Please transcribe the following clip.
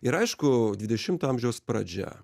ir aišku dvidešimto amžiaus pradžia